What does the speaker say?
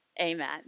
Amen